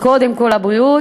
הבריאות, קודם כול הבריאות,